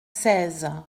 seize